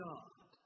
God